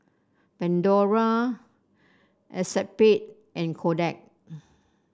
Pandora Acexspade and Kodak